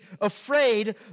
afraid